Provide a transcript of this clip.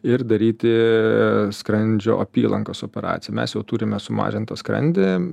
ir daryti skrandžio apylankos operaciją mes jau turime sumažintą skrandį